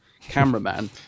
cameraman